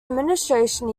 administration